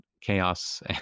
chaos